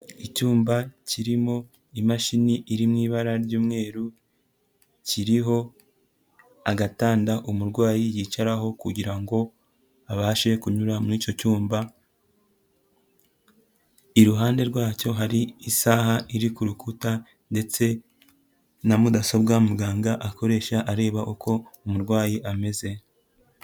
Icyumba kirimo imashini iri mu ibara ry'umweru, kiriho agatanda umurwayi yicaraho kugira ngo abashe kunyura muri icyo cyumba, iruhande rwacyo hari isaha iri ku rukuta ndetse na mudasobwa muganga akoresha areba uko umurwayi ameze.